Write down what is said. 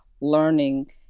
learning